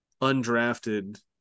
undrafted